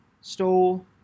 stole